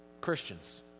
Christians